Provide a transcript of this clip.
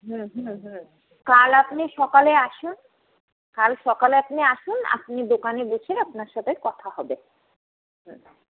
হুম হুম হুম কাল আপনি সকালে আসুন কাল সকালে আপনি আসুন আপনি দোকানে বসে আপনার সাথে কথা হবে